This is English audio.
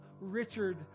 Richard